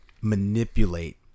manipulate